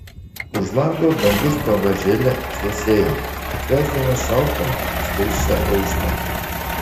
už lango dangus pamažėle šviesėjo atvesdamas šaltą skaisčią aušrą